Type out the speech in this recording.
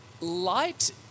light